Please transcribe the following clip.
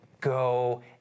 go